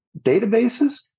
databases